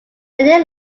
many